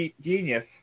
genius